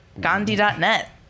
Gandhi.net